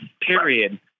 period